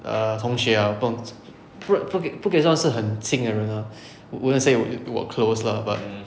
err 同学 ah 不懂突然不要不给到是很近的人 ah won't say not close ah but